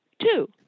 two